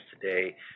today